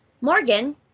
Morgan